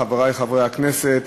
חברי חברי הכנסת,